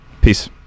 Peace